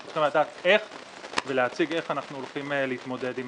אנחנו צריכים לדעת ולהציג איך אנחנו הולכים להתמודד עם